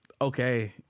okay